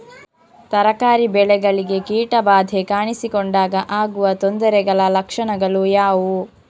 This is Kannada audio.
ತರಕಾರಿ ಬೆಳೆಗಳಿಗೆ ಕೀಟ ಬಾಧೆ ಕಾಣಿಸಿಕೊಂಡಾಗ ಆಗುವ ತೊಂದರೆಗಳ ಲಕ್ಷಣಗಳು ಯಾವುವು?